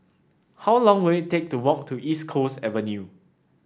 how long will it take to walk to East Coast Avenue